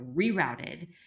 rerouted